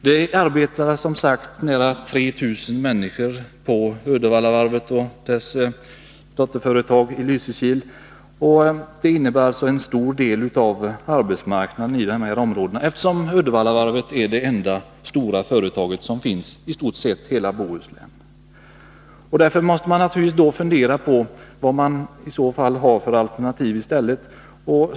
Som jag har sagt arbetar nära 3 000 människor i Uddevallavarvet och dess dotterföretag i Lysekil, och det utgör en stor del av arbetsmarknaden i området, eftersom Uddevallavarvet i stort sett är det enda stora företag som finns i hela Bohuslän. Därför måste man naturligtvis fundera på vad som kan finnas i stället.